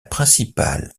principale